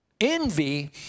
Envy